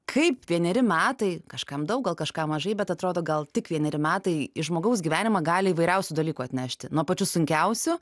kaip vieneri metai kažkam daug gal kažkam mažai bet atrodo gal tik vieneri metai į žmogaus gyvenimą gali įvairiausių dalykų atnešti nuo pačių sunkiausių